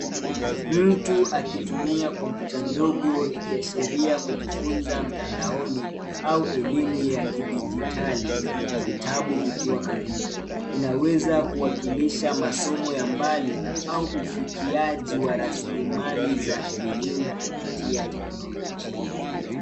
Mtu akitumia kompyuta ndogo ikiashiria kujifunza mtandaoni, au elimu ya kidigitali, na vitabu vikiwa karibu, inaweza kuwakilisha masomo ya mbali, au ufikiaji wa rasilimali za kielimu kupitia teknolojia.